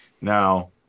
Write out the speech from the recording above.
Now